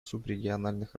субрегиональных